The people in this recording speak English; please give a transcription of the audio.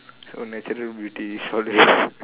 so natural beauty is all there